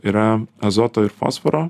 yra azoto ir fosforo